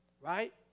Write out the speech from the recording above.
Right